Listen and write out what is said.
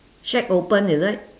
shack open is it